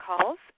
calls